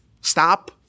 stop